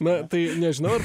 na tai nežinau ar